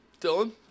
Dylan